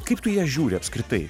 kaip tu į ją žiūri apskritai